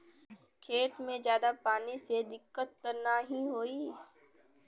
खेत में ज्यादा पानी से दिक्कत त नाही होई?